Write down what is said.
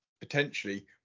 potentially